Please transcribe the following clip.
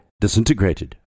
disintegrated